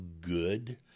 good